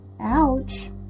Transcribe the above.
Ouch